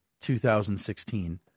2016